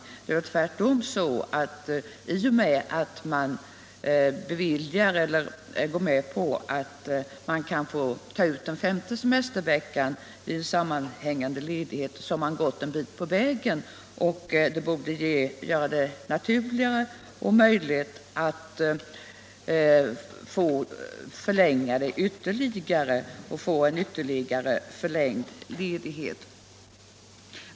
Det är tvärtom. I och med att man kan få ta ut den femte semesterveckan i form av sammanhängande ledighet har vi gått en bit på vägen. Det borde göra det naturligare att göra det möjligt att få en ytterligare förlängd ledighet.